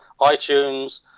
iTunes